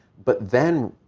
but then,